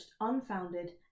unfounded